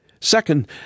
Second